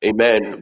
Amen